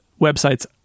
websites